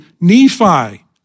Nephi